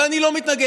אבל אני לא מתנגד.